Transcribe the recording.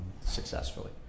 successfully